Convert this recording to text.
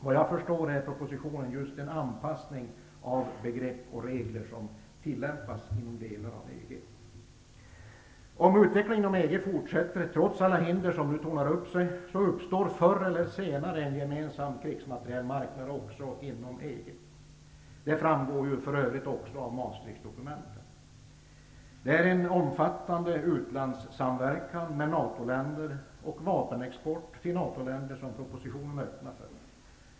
Vad jag förstår är propositionen just en anpassning av begrepp och regler som tillämpas inom delar av Om utvecklingen inom EG fortsätter, trots alla hinder som nu tornar upp sig, uppstår förr eller senare en gemensam krigsmaterielmarknad också inom EG. Det framgår ju också av Det är en omfattande utlandssamverkan med NATO-länder och vapenexport till NATO-länder som propositionen öppnar för.